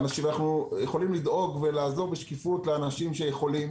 אנו יכולים לדאוג ולעזור בשקיפות לאנשים שיכולים